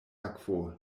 akvo